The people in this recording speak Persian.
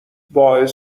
باعث